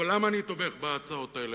אבל למה אני תומך בהצעות האלה,